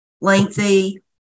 lengthy